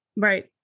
Right